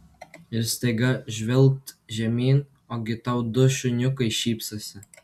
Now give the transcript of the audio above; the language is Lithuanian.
ir staiga žvilgt žemyn ogi tau du šuniukai šypsosi